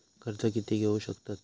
कर्ज कीती घेऊ शकतत?